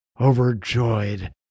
Overjoyed